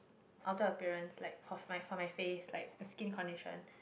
outer appearance like of my for my face like the skin condition